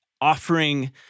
offering